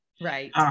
Right